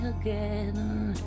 again